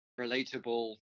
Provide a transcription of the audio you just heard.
relatable